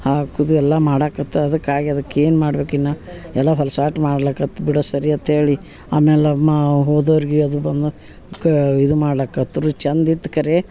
ಹಾಕುದು ಎಲ್ಲ ಮಾಡಕತ್ತೆ ಅದಕ್ಕಾಗಿ ಅದಕ್ಕೇನು ಮಾಡ್ಬೇಕಿನ್ನ ಎಲ್ಲ ಹೊಲ್ಸಾಟ ಮಾಡ್ಲಿಕತ್ತು ಬಿಡು ಸರಿಯತ್ ಹೇಳಿ ಆಮೇಲೆ ಅಮ್ಮ ಹೋದೋರ್ಗೆ ಆದು ಬಂದು ಕ ಇದು ಮಾಡಕತ್ರು ಚಂದ ಇತ ಕರೆ